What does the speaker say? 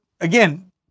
again